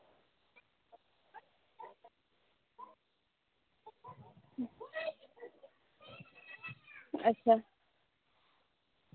ᱟᱪᱪᱷᱟ